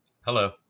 hello